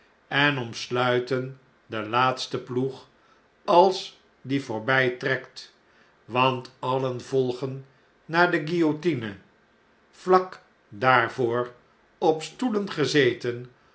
en omsluiten den laatsten ploeg als die voqrbijtrekt want alien volgen naar de guillotine vlak daarvoor op stoelen gezeten